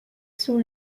sous